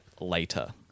later